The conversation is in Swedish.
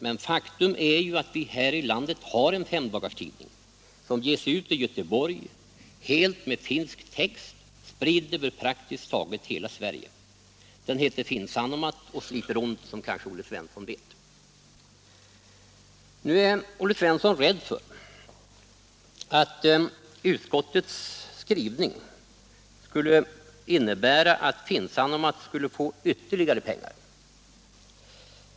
Men faktum är att vi här i landet har en femdagarstidning, som ges ut i Göteborg, helt med finsk text och spridd över praktiskt taget hela Sverige. Den heter Finn Sanomat och sliter ont, som Olle Svensson kanske vet. Nu är Olle Svensson rädd för att utskottets skrivning skulle innebära att Finn Sanomat skulle få ytterligare pengar.